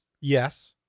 yes